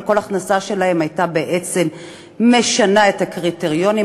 אבל כל הכנסה שלהם הייתה בעצם משנה את הקריטריונים,